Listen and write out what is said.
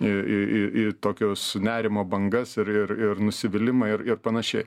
į į į į tokius nerimo bangas ir ir ir nusivylimą ir ir panašiai